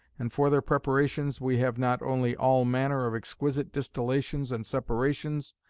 and for their preparations, we have not only all manner of exquisite distillations and separations,